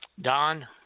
Don